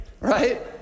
right